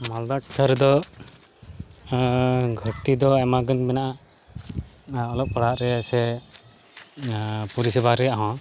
ᱢᱟᱞᱫᱟ ᱴᱚᱴᱷᱟᱨᱮᱫᱚ ᱜᱷᱟᱹᱴᱛᱤᱫᱚ ᱟᱭᱢᱟ ᱜᱟᱱ ᱢᱮᱱᱟᱜᱼᱟ ᱟᱨ ᱚᱞᱚᱜ ᱯᱟᱲᱦᱟᱜᱨᱮ ᱥᱮ ᱯᱚᱨᱤᱥᱮᱵᱟ ᱨᱮᱭᱟᱜᱦᱚᱸ